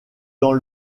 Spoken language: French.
dans